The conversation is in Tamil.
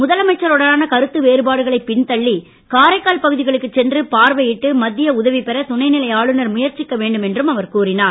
முதலமைச்சருடனான கருத்து வேறுபாடுகளை பின்தள்ளி காரைக்கால் பகுதிகளுக்கு சென்று பார்வையிட்டு மத்திய உதவி பெற துணைநிலை ஆளுநர் முயற்சிக்க வேண்டும் என்று அவர் கூறினார்